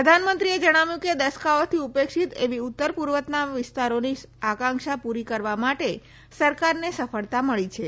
પ્રધાનમંત્રીએ જણાવ્યું કે દાયકાઓથી ઉપેક્ષિત એવી ઉત્તર પૂર્વના વિસ્તારોની આકાંક્ષા પૂરી કરવા માટે સરકારને સફળતા મળી છે